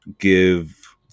give